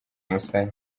umusaya